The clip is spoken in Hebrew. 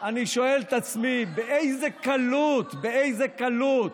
אני שואל את עצמי באיזה קלות, באיזה קלות,